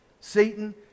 Satan